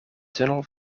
tunnel